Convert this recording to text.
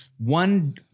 one